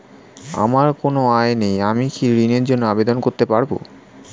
আমার কোনো আয় নেই আমি কি ঋণের জন্য আবেদন করতে পারব?